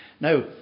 Now